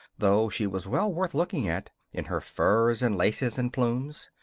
though she was well worth looking at in her furs and laces and plumes.